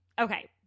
Okay